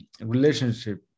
relationship